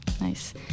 Nice